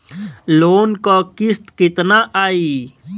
Loan क किस्त कितना आई?